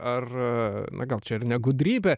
ar na gal čia ir ne gudrybė